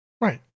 Right